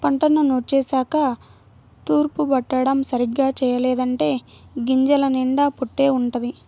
పంటను నూర్చేశాక తూర్పారబట్టడం సరిగ్గా చెయ్యలేదంటే గింజల నిండా పొట్టే వుంటది